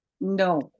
no